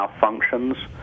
malfunctions